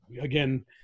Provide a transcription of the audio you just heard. again